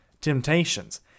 temptations